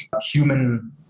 human